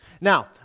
Now